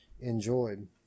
enjoyed